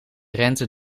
rente